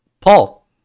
Paul